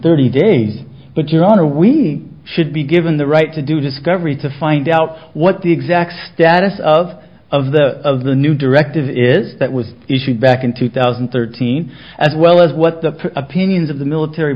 thirty days but your honor we should be given the right to do discovery to find out what the exact status of of the of the new directive is that was issued back in two thousand and thirteen as well as what the opinions of the military